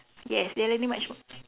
yes they learning much